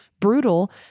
brutal